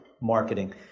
marketing